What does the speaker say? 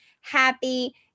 happy